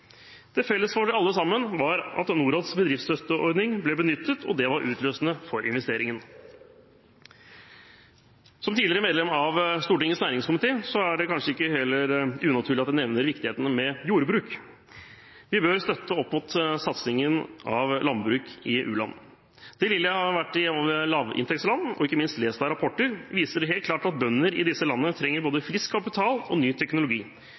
Felles for de alle sammen var at Norads bedriftsstøtteordning ble benyttet og var utløsende for investeringen. Som tidligere medlem av Stortingets næringskomité er det kanskje heller ikke unaturlig at jeg nevner viktigheten av jordbruk. Vi bør støtte opp om satsingen på landbruk i u-land. Det lille jeg har vært i lavinntektsland, og ikke minst lest av rapporter, viser helt klart at bønder i disse landene trenger både frisk kapital og ny teknologi